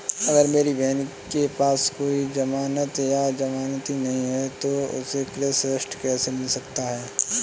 अगर मेरी बहन के पास कोई जमानत या जमानती नहीं है तो उसे कृषि ऋण कैसे मिल सकता है?